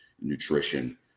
nutrition